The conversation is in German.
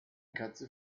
katze